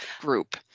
Group